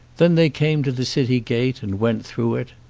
then they came to the city gate and went through it.